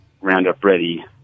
Roundup-ready